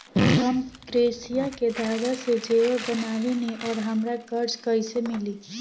हम क्रोशिया के धागा से जेवर बनावेनी और हमरा कर्जा कइसे मिली?